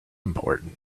important